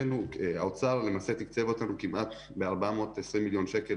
האוצר תיקצב אותנו בכמעט 420 מיליון שקל